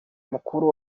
mukuru